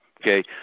Okay